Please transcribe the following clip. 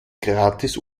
gratis